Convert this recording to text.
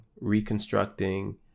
reconstructing